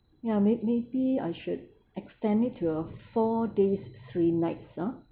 ya maybe maybe I should extend it to a four days three nights ah